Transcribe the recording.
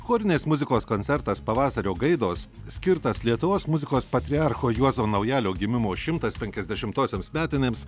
chorinės muzikos koncertas pavasario gaidos skirtas lietuvos muzikos patriarcho juozo naujalio gimimo šimtas penkiasdešimtosioms metinėms